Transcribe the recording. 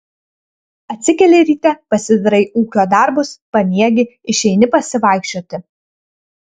atsikeli ryte pasidarai ūkio darbus pamiegi išeini pasivaikščioti